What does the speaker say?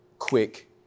quick